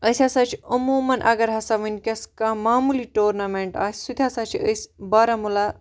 أسۍ ہَسا چھِ عموماً اگر ہَسا وٕنکیٚس کانٛہہ معموٗلی ٹورنامنٹ آسہِ سُہ تہِ ہَسا چھِ أسۍ بارہمُلہ